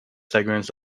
segment